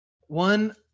One